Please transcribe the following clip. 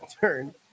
turn